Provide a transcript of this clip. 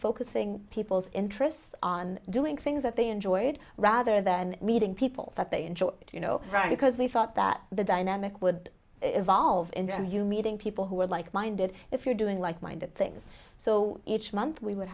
focusing people's interests on doing things that they enjoyed rather than meeting people that they enjoy you know right because we thought that the dynamic would evolve interview meeting people who are like minded if you're doing like minded things so each month we would